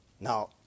Now